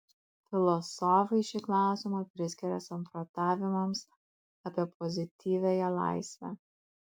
filosofai šį klausimą priskiria samprotavimams apie pozityviąją laisvę